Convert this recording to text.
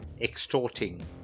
extorting